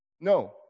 No